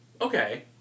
okay